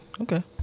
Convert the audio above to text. okay